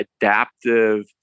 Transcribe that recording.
adaptive